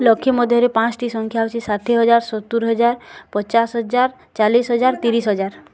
ଲକ୍ଷେ ମଧ୍ୟରେ ପାଞ୍ଚଟି ସଂଖ୍ୟା ହଉଛି ଷାଠିଏ ହଜାର ସତୁରୀ ହଜାର ପଚାଶ ହଜାର ଚାଲିଶ ହଜାର ତିରିଶ ହଜାର